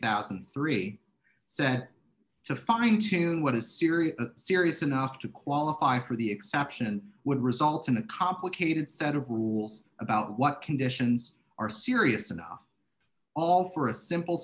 thousand and three sent to fine tune what a serious serious enough to qualify for the exception would result in a complicated set of rules about what conditions are serious enough all for a simple